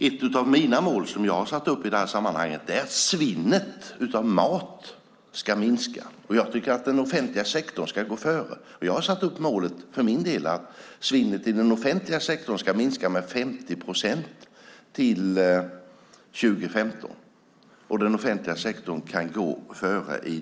Ett av mina mål som jag har satt upp i det här sammanhanget är att svinnet av mat ska minska. Jag tycker att den offentliga sektorn ska gå före i det här sammanhanget. Jag har för min del satt upp målet att svinnet i den offentliga sektorn ska minska med 50 procent till 2015.